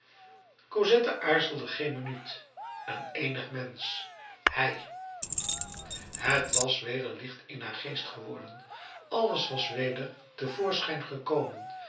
cosette aarzelde geen minuut een eenig mensch hij het was weder licht in haar geest geworden alles was weder te voorschijn gekomen